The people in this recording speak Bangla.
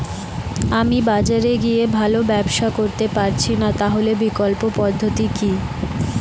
আমি বাজারে গিয়ে ভালো ব্যবসা করতে পারছি না তাহলে বিকল্প পদ্ধতি কি?